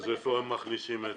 אז איפה מכניסים את זה?